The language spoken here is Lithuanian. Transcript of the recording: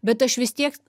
bet aš vis tiek